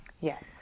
Yes